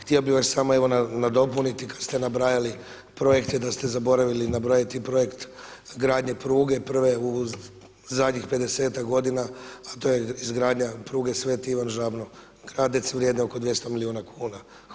Htio bih vas samo evo nadopuniti kada ste nabrajali projekte da ste zaboravili nabrojati projekt gradnje pruge prve u zadnjih 50-ak godina a to je izgradnja pruge Sv. Ivan Žabno - Gradec vrijedne oko 200 milijuna kuna.